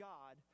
God